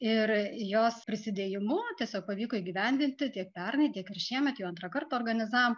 ir jos prisidėjimu tiesiog pavyko įgyvendinti tiek pernai tiek ir šiemet jau antrą kartą organizavom